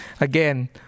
Again